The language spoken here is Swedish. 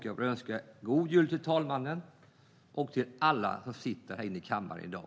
Jag önskar god jul till herr talmannen och till alla som sitter i kammaren i dag.